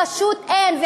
פשוט אין.